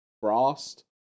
Frost